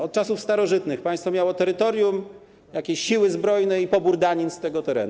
Od czasów starożytnych państwo miało terytorium, jakieś siły zbrojne i pobór danin z tego terenu.